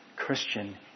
Christian